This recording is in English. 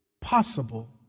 possible